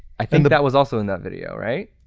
i think that that was also in that video right?